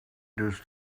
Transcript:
does